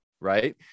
Right